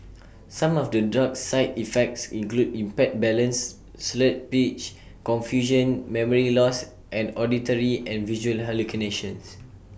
some of the drug's side effects include impaired balance slurred speech confusion memory loss and auditory and visual hallucinations